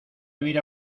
vivir